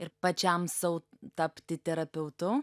ir pačiam sau tapti terapeutu